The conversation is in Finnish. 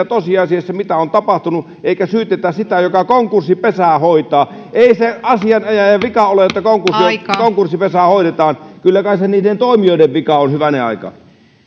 tosiasiassa mitä on tapahtunut eikä syytetä sitä joka konkurssipesää hoitaa ei se asianajajan vika ole että konkurssipesää hoidetaan kyllä kai se niiden toimijoiden vika on hyvänen aika